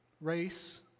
race